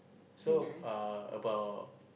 so uh about